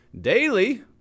Daily